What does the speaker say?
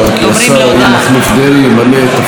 כי השר אריה מכלוף דרעי ימלא את תפקיד